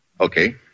Okay